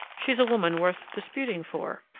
she's a woman worth disputing for.